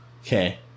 Okay